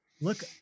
look